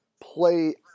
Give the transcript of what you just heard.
play